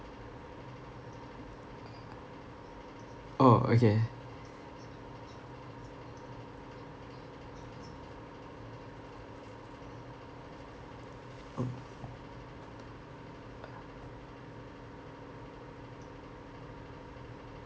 oh okay oh